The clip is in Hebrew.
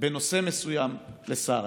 בנושא מסוים לשר.